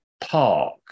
park